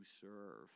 serve